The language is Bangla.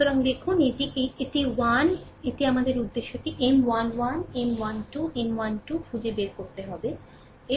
সুতরাং দেখুন এটি এই এটি 1 এটি 1 আমাদের উদ্দেশ্যটি M 1 1 M 1 2 M 1 2 খুঁজে বের করতে হবে এবং শেষটি হল M1n